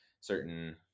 certain